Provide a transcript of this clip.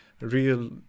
real